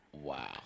Wow